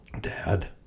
Dad